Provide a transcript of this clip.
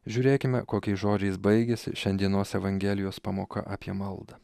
žiūrėkime kokiais žodžiais baigiasi šiandienos evangelijos pamoka apie maldą